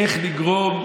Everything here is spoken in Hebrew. ואחריו,